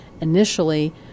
initially